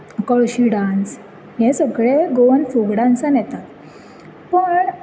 कळशी डान्स हे सगळे गोवन फोक डान्सान येताच पूण